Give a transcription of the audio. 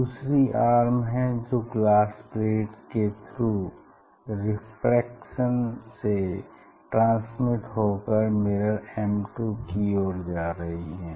दूसरी आर्म है जो ग्लास प्लेट के थ्रू रिफ्रक्शन से ट्रांसमिट होकर मिरर M2 की ओर जा रही है